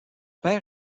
père